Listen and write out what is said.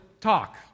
talk